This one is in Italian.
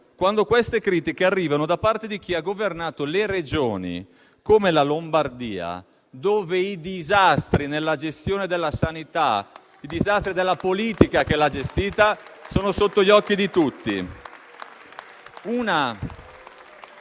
quando queste critiche arrivano da parte di chi ha governato Regioni come la Lombardia dove i disastri commessi nella gestione della sanità da parte della politica sono sotto gli occhi di tutti.